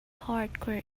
hardcore